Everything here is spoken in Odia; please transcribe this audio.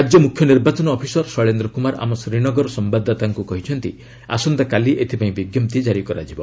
ରାଜ୍ୟ ମୁଖ୍ୟ ନିର୍ବାଚନ ଅଫିସର ଶୈଳେନ୍ଦ୍ର କୁମାର ଆମ ଶ୍ରୀନଗର ସମ୍ଭାଦଦାତାଙ୍କୁ କହିଛନ୍ତି ଆସନ୍ତାକାଲି ଏଥପାଇଁ ବିଜ୍ଞପ୍ତି କାରି କରାଯିବ